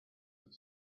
have